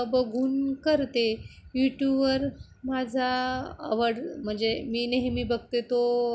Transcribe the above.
बघून करते यूट्यूवर माझा आवड म्हणजे मी नेहमी बघते तो